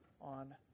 on